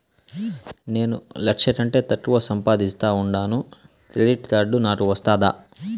నేను లక్ష కంటే తక్కువ సంపాదిస్తా ఉండాను క్రెడిట్ కార్డు నాకు వస్తాదా